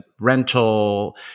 rental